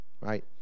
right